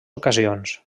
ocasions